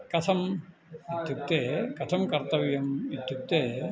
कथम् इत्युक्ते कथं कर्तव्यम् इत्युक्ते